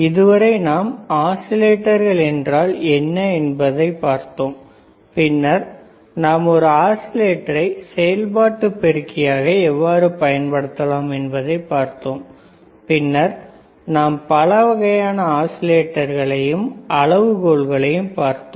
இதுவரை நாம் ஆஸிலேட்டர்கள் என்றால் என்ன என்பதை பார்த்தோம் பின்னர் நாம் ஒரு ஆஸிலேட்டரை செயல்பாட்டு பெருக்கியாக எவ்வாறு பயன்படுத்தலாம் என்பதைப் பார்த்தோம் பின்னர் நாம் பல வகையான ஆஸிலேட்டகளையும் அளவுகோல்களையும் பார்த்தோம்